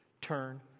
turn